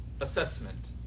assessment